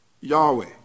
Yahweh